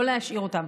לא להשאיר אותם,